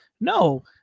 No